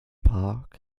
park